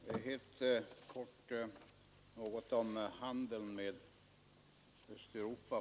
Fru talman! Helt kort om handeln med Östeuropa!